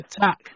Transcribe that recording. attack